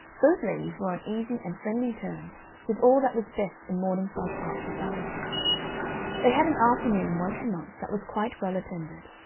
both ladies were on easy and friendly terms with all that was best in morningside park society they had an afternoon once a month that was quite well attended,